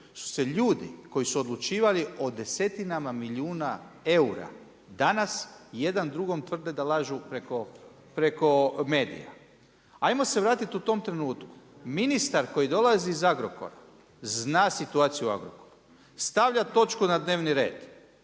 su se ljudi koji su odlučivali o desetinama milijuna eura danas jedan drugom tvrde da lažu preko medija. Ajmo se vratiti u tom trenutku, ministar koji dolazi iz Agrokora zna situaciju u Agrokoru, stavlja točku na dnevni red,